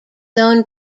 owned